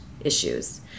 issues